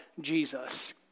Jesus